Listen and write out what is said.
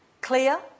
clear